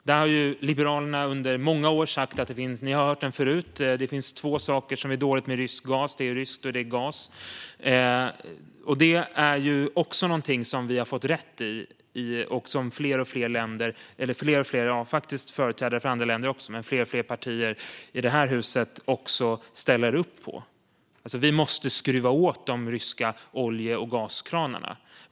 Där har Liberalerna sagt under många år, så ni har hört det förut, att det finns två dåliga saker med rysk gas: Den är rysk, och det är gas. Det är något som vi fått rätt om och som fler och fler företrädare för andra länder och för partier i det här huset ställer upp på. Vi måste skruva åt de ryska gas och oljekranarna.